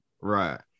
right